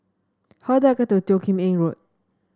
how do I get to Teo Kim Eng Road